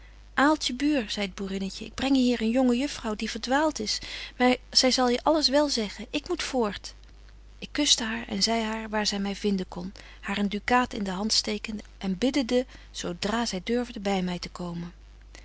aaltje buur zei t boerinnetje ik breng je hier een jonge juffrouw die verdwaalt is maar zy zal je alles wel zeggen ik moet voort ik kuste haar en zei haar waar zy my vinden kon haar een ducaat in de hand stekende en biddende zo dra zy durfde by my te komen